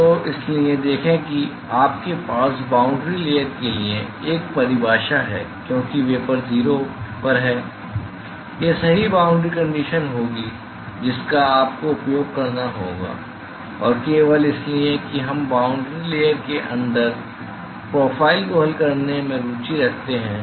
तो इसीलिए देखें कि आपके पास बाउंड्री लेयर के लिए एक परिभाषा है क्योंकि वेपर 0 पर है यह सही बाउंड्री कंडीशन होगी जिसका आपको उपयोग करना होगा और केवल इसलिए कि हम बाउंड्री लेयर के अंदर प्रोफ़ाइल को हल करने में रुचि रखते हैं